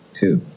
two